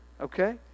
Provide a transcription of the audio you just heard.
okay